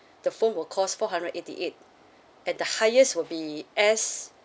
the phone would cost four hundred eighty eight and the highest would be S